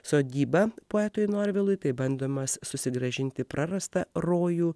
sodyba poetui norvilui tai bandymas susigrąžinti prarastą rojų